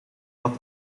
dat